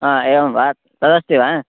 अ एवं वा तदस्ति वा